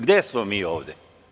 Gde smo mi ovde?